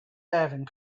having